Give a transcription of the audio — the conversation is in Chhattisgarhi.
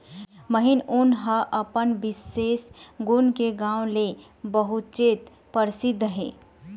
महीन ऊन ह अपन बिसेस गुन के नांव ले बहुतेच परसिद्ध हे